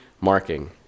marking